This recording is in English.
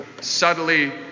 subtly